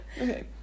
Okay